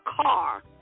car